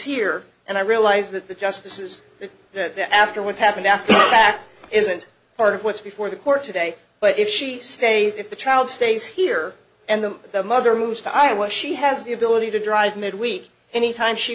here and i realize that the justice is there that they're after what happened after that isn't part of what's before the court today but if she stays if the child stays here and the the mother moves to iowa she has the ability to drive midweek any time she